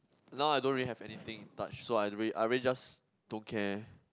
now I don't really have anything but so I really I really just don't care